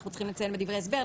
אנחנו צריכים לציין בדברי ההסבר,